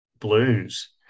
Blues